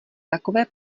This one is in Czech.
takové